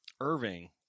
Irving